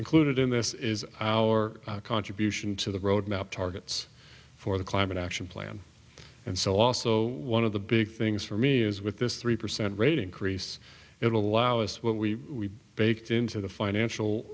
included in this is our contribution to the roadmap targets for the climate action plan and so also one of the big things for me is with this three percent rate increase it will allow us what we baked into the financial